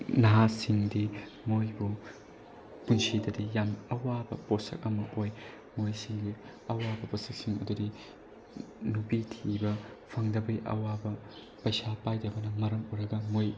ꯅꯍꯥꯁꯤꯡꯗꯤ ꯃꯣꯏꯕꯨ ꯄꯨꯟꯁꯤꯗꯗꯤ ꯌꯥꯝ ꯑꯋꯥꯕ ꯄꯣꯠꯁꯛ ꯑꯃ ꯑꯣꯏ ꯃꯣꯏꯁꯤꯡꯒꯤ ꯑꯋꯥꯕ ꯄꯣꯠꯁꯛꯁꯤꯡ ꯑꯗꯨꯗꯤ ꯅꯨꯄꯤ ꯊꯤꯕ ꯐꯪꯗꯕꯒꯤ ꯑꯋꯥꯕ ꯄꯩꯁꯥ ꯄꯥꯏꯗꯕꯅ ꯃꯔꯝ ꯑꯣꯏꯔꯒ ꯃꯣꯏ